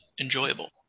enjoyable